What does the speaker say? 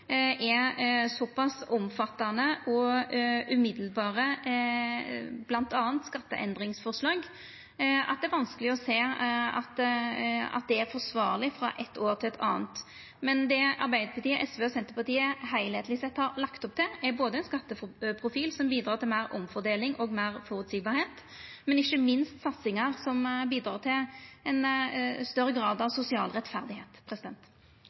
er såpass omfattande og umiddelbare bl.a. skatteendringsforslag at det er vanskeleg å sjå at det er forsvarleg frå eitt år til eit anna. Men det Arbeidarpartiet, SV og Senterpartiet heilskapleg sett har lagt opp til, er både ein skatteprofil som bidrar til meir omfordeling og føreseielegheit, og ikkje minst satsingar som bidrar til ein større grad av